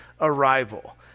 arrival